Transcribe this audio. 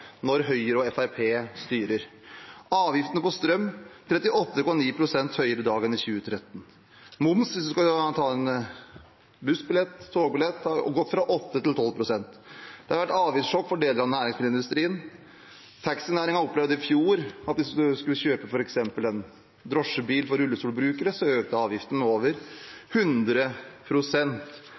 når Høyre og Fremskrittspartiet styrer. Avgiftene på strøm er 38,9 pst. høyere i dag enn i 2013. Moms hvis man skal ha en bussbillett eller togbillett, har gått fra 8 pst. til 12 pst. Det har vært avgiftssjokk for deler av næringsmiddelindustrien, og taxinæringen opplevde i fjor at hvis man skulle kjøpe f.eks. en drosjebil for rullestolbrukere, økte avgiften med over